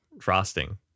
Frosting